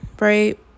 Right